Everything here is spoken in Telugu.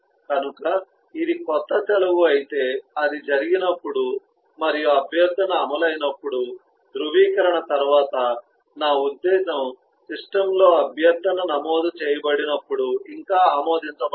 కనుక ఇది క్రొత్త సెలవు అయితే అది జరిగినప్పుడు మరియు అభ్యర్థన అమలు అయినప్పుడు ధ్రువీకరణ తర్వాత నా ఉద్దేశ్యం సిస్టమ్లో అభ్యర్థన నమోదు చేయబడినప్పుడు ఇంకా ఆమోదించబడలేదు